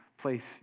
Place